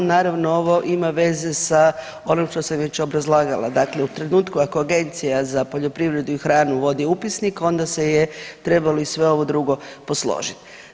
Naravno, ovo ima veze sa onim što sam već obrazlagala, dakle u trenutku ako Agencija za poljoprivredu i hranu vodi upisnik onda se je trebalo i sve ovo drugo posložit.